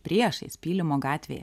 priešais pylimo gatvėje